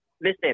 Listen